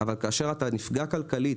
כאשר אתה נפגע כלכלית,